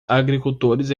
agricultores